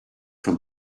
from